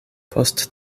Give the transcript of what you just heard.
post